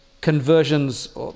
Conversions